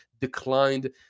declined